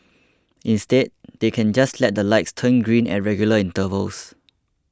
instead they can just let the lights turn green at regular intervals